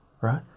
right